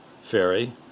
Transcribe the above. Ferry